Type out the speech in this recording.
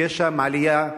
ששם יש עלייה,